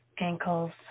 ankles